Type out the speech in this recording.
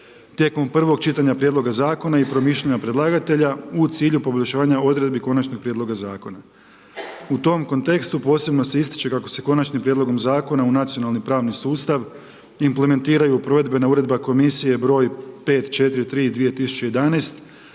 tijekom prvog čitanja prijedloga zakona i promišljanja predlagatelja u cilju poboljšanja odredbi konačnog prijedloga zakona. U tom kontekstu posebno se ističe kako se konačnim prijedlogom zakona u nacionalni pravni sustav implementiraju provedbena Uredba komisije broj 543/2011